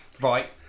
Right